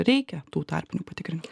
reikia tų tarpinių patikrinimų